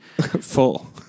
Full